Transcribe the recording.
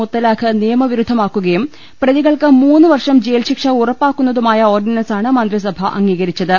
മുത്തലാഖ് നിയമവിരുദ്ധമാക്കുകയും പ്രതി കൾക്ക് മൂന്ന് വർഷം ജയിൽശിക്ഷ ഉറപ്പാക്കുന്നതുമായ ഓർഡിനൻസാണ് മന്ത്രിസഭ അംഗീകരിച്ചത്